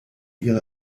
ihrer